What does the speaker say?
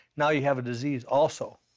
now you have a disease also.